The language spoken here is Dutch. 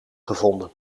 gevonden